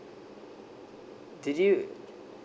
did you